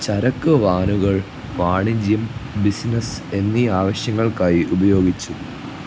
ചരക്ക് വാനുകൾ വാണിജ്യം ബിസിനസ് എന്നീ ആവശ്യങ്ങൾക്കായി ഉപയോഗിച്ചു